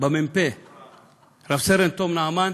במ"פ רב-סרן תום נעמן,